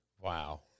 Wow